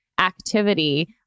activity